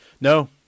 No